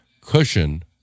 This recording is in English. cushion